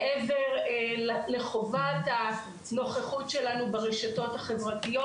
מעבר לחובת הנוכחות שלנו ברשתות החברתיות.